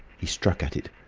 he struck at it.